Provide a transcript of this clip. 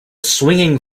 swinging